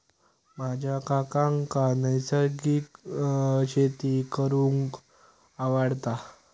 माझ्या काकांका नैसर्गिक शेती करूंक आवडता